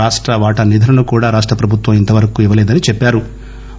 రాష్ట వాటా నిధులను కూడా రాష్ట ప్రభుత్వం ఇంతవరకు ఇవ్వలేదని చెప్పారు